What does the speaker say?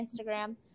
Instagram